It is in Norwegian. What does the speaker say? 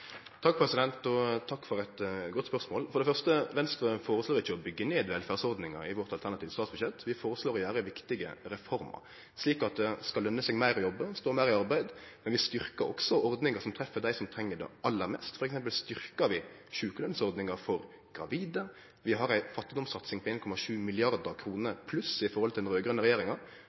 Takk for eit godt spørsmål. For det første: Venstre foreslår ikkje å byggje ned velferdsordninga i vårt alternative statsbudsjett, vi foreslår å gjere viktige reformer, slik at det skal lønne seg meir å jobbe og stå meir i arbeid. Men vi styrker også ordningar som treffer dei som treng det, aller mest. For eksempel styrker vi sjukelønnsordninga for gravide. Vi har ei fattigdomssatsing på 1,7 mrd. kr pluss, samanlikna med den raud-grøne regjeringa, fordi det er mange som er fattige i